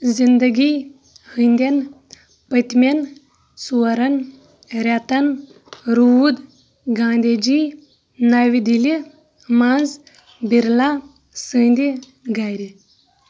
زِندگی ہٕندٮ۪ن پتِمٮ۪ن ژورَن رٮ۪تَن روٗد گاندھی جی نَوِ دِلہِ منز بِرلا سٕنٛدِ گَرِ